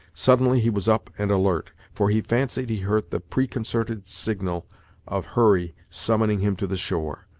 suddenly he was up and alert, for he fancied he heard the preconcerted signal of hurry summoning him to the shore.